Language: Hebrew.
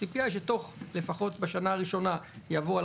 הציפייה היא שלפחות בשנה הראשונה הוא יעבור על